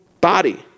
body